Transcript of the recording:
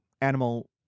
Animal